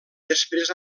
després